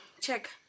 check